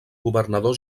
governador